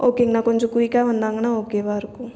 ஓகேங்ணா கொஞ்சம் குயிக்காக வந்தாங்கன்னா ஓகேவாக இருக்கும்